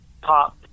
pop